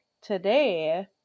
today